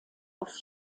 auf